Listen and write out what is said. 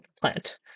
plant